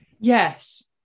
Yes